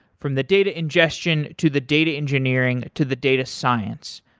from the data ingestion, to the data engineering, to the data science,